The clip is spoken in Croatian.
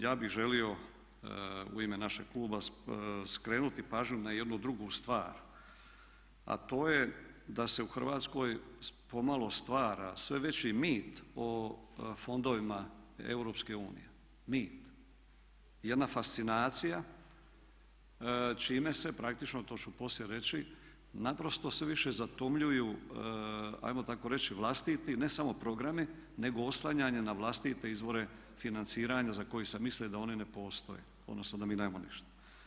Ja bi želio u ime našeg kluba skrenuti pažnju na jednu drugu stvar a to je da se u Hrvatskoj pomalo stvara sve veći mit o fondovima EU, mit, jedna fascinacija čime se praktično, to ću poslije reći, naprosto sve više zatomljuju ajmo tako reći vlastiti ne samo programi, nego oslanjanje na vlastite izvore financiranja za koji sam mislio da oni ne postoje, odnosno da mi nemamo ništa.